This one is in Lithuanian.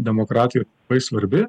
demokratijoj bai svarbi